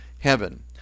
heaven